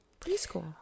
preschool